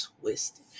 twisted